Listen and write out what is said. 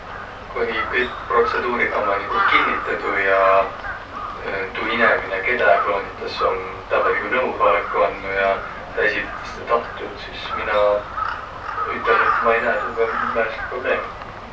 Kooniq kõik protsõduuriq ummaq nigu kinnitedüq ja tuu inemine, kedä kloonitas, om tävveligu nõuholeku andnuq ja tä esiq tõtõstõ taht tuud, sis mina ütelnüq, et maq ei näeq tuuga määnestki probleemi.